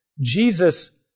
Jesus